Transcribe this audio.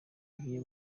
ngiye